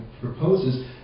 proposes